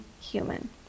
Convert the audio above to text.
human